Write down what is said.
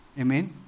Amen